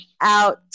out